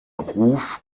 ruf